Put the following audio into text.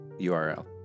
URL